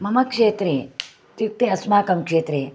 मम क्षेत्रे इत्युक्ते अस्माकं क्षेत्रे